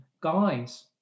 guys